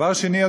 דבר שני,